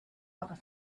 other